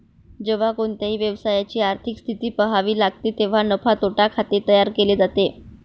जेव्हा कोणत्याही व्यवसायाची आर्थिक स्थिती पहावी लागते तेव्हा नफा तोटा खाते तयार केले जाते